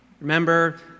remember